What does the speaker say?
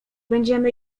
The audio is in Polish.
będziemy